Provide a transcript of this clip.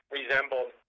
resembled